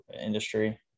industry